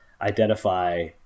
identify